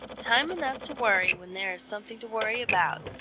time enough to worry when there is something to worry about,